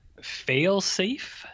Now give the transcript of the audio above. Failsafe